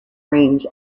range